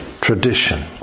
tradition